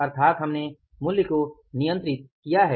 अर्थात हमने मूल्य को नियंत्रित किया है